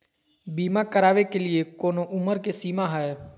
बीमा करावे के लिए कोनो उमर के सीमा है?